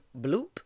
Bloop